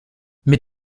mit